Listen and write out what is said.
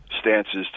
stances